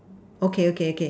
okay okay okay